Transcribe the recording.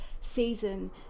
season